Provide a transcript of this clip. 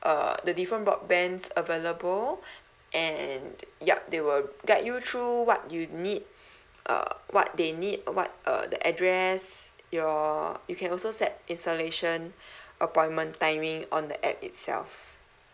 uh the different broadbands available and yup they will guide you through what you need uh what they need um what uh the address your you can also set installation appointment timing on the app itself